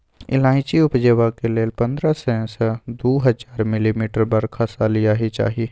इलाइचीं उपजेबाक लेल पंद्रह सय सँ दु हजार मिलीमीटर बरखा सलियाना चाही